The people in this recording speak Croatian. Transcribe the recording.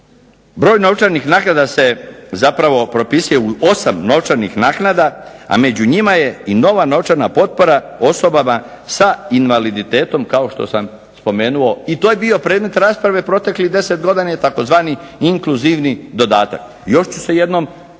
Broj novčanih naknada se zapravo propisuje u 8 novčanih naknada, a među njima je i nova novčana potpora osobama sa invaliditetom kao što sam spomenuo. I to je bio predmet rasprave proteklih 10 godina i tzv. inkluzivni dodatak. Još ću se jednom vratiti